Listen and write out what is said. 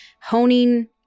honing